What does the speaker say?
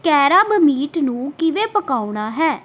crabmeat ਨੂੰ ਕਿਵੇਂ ਪਕਾਉਣਾ ਹੈ